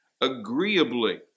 agreeably